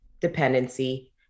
dependency